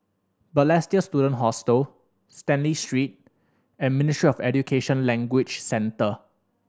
Balestier Student Hostel Stanley Street and Ministry of Education Language Centre